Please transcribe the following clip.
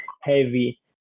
heavy